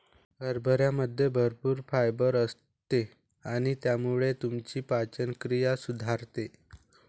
हरभऱ्यामध्ये भरपूर फायबर असते आणि त्यामुळे तुमची पचनक्रिया सुधारते